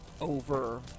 over